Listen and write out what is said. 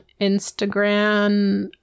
Instagram